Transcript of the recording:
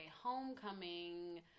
homecoming